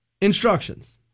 Instructions